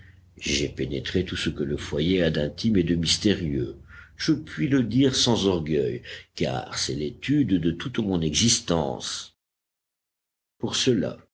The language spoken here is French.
j'ai pénétré tout ce que le foyer a d'intime et de mystérieux je puis le dire sans orgueil car c'est l'étude de toute mon existence pour cela